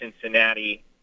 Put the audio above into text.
Cincinnati